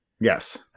Yes